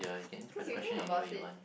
cause you think about it